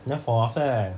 then for 我 after that